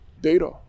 data